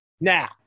Now